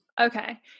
Okay